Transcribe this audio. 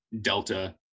Delta